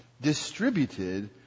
distributed